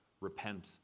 Repent